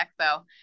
expo